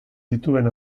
dituen